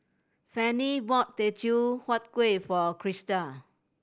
Fannye bought Teochew Huat Kueh for Christal